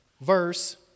Verse